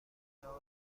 کتاب